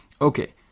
Okay